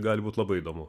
gali būt labai įdomu